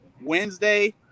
Wednesday